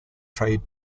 trade